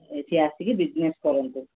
ଏଇଠି ଆସିକି ବିଜନେସ୍ କରନ୍ତୁ